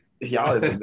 y'all